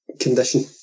condition